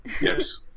yes